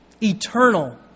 eternal